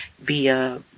via